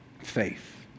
faith